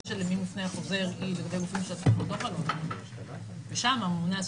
למי מופנה החוזר היא לגבי גופים --- ושם הממונה על